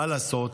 מה לעשות,